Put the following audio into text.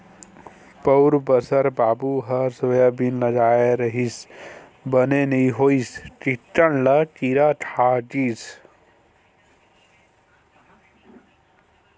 पउर बछर बाबू ह सोयाबीन लगाय रिहिस बने नइ होइस चिक्कन ल किरा खा दिस